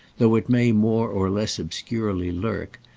though it may more or less obscurely lurk,